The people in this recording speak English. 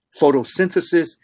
Photosynthesis